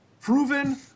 proven